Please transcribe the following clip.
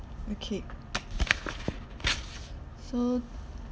okay so